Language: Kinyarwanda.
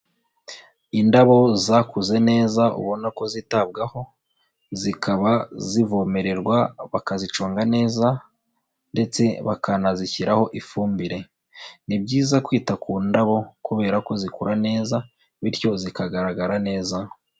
Indabo zakuze neza ubona ko zitabwaho, zikaba zivomererwa bakazicunga neza ndetse bakanazishyiraho ifumbire. Ni byiza kwita ku ndabo, kubera ko zikura neza, bityo zikagaragara neza.